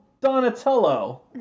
Donatello